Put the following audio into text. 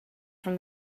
from